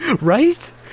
Right